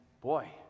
boy